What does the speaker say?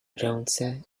ręce